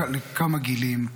לכמה גילים,